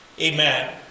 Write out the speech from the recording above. Amen